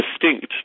distinct